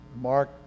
Mark